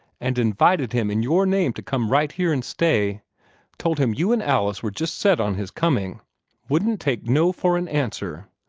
and invited him in your name to come right here and stay told him you and alice were just set on his coming wouldn't take no for an answer.